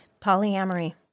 Polyamory